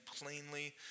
plainly